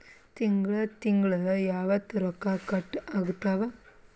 ತಿಂಗಳ ತಿಂಗ್ಳ ಯಾವತ್ತ ರೊಕ್ಕ ಕಟ್ ಆಗ್ತಾವ?